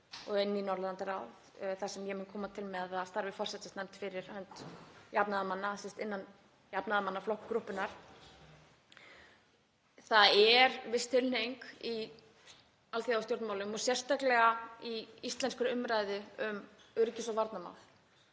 og inn í Norðurlandaráð þar sem ég mun koma til með að starfa í forsætisnefnd fyrir hönd jafnaðarmanna, sem sagt innan jafnaðarmannagrúppunnar. Það er viss tilhneiging í alþjóðastjórnmálum, og sérstaklega í íslenskri umræðu um öryggis- og varnarmál,